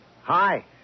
Hi